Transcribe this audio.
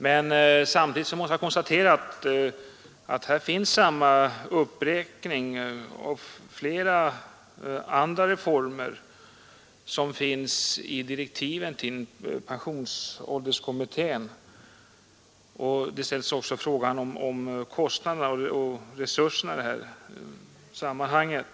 Men samtidigt måste jag konstatera att här finns samma uppräkning av flera andra reformer som i direktiven till pensionsålderskommittén, och frågan om kostnaderna och resurserna ställs också i detta sammanhang.